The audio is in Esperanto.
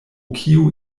kio